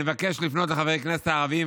אני מבקש לפנות לחברי הכנסת הערבים,